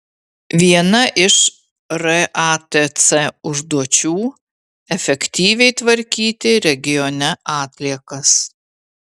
viena iš ratc užduočių efektyviai tvarkyti regione atliekas